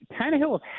Tannehill